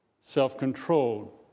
self-controlled